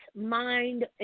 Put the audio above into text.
mind